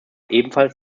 ebenfalls